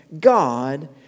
God